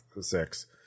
six